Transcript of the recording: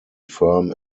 firm